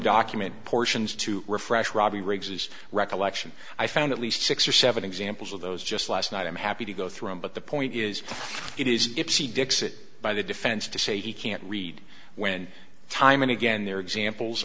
document portions to refresh robby riggs his recollection i found at least six or seven examples of those just last night i'm happy to go through but the point is it is dixit by the defense to say he can't read when time and again there are examples